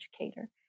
educator